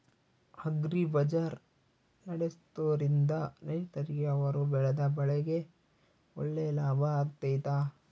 Agri bazaar ನಡೆಸ್ದೊರಿಂದ ರೈತರಿಗೆ ಅವರು ಬೆಳೆದ ಬೆಳೆಗೆ ಒಳ್ಳೆ ಲಾಭ ಆಗ್ತೈತಾ?